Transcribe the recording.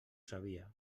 sabia